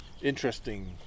interesting